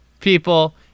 people